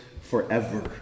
forever